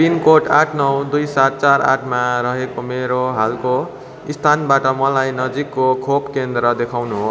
pin code आठ नौ दुई सात चार आठमा रहेको मेरो हालको स्थानबाट मलाई नजिकको खोप केन्द्र देखाउनु होस्